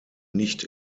nicht